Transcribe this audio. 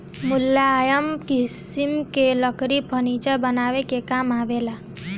मुलायम किसिम के लकड़ी फर्नीचर बनावे के काम आवेला